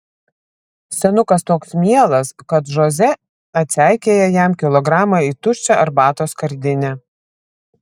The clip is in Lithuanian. senukas toks mielas kad žoze atseikėja jam kilogramą į tuščią arbatos skardinę